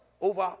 over